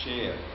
share